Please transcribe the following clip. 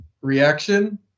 reaction